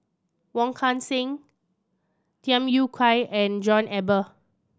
Wong Kan Seng Tham Yui Kai and John Eber